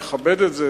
אכבד את זה.